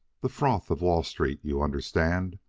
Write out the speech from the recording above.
the froth of wall street you understand.